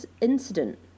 incident